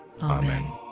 Amen